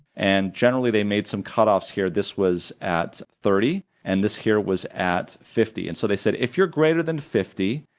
and generally they made some cutoffs here. this was at thirty and this here was at fifty. and so they said if you're greater than fifty,